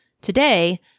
Today